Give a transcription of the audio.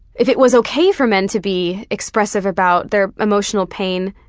if it was okay for men to be expressive about their emotional pain,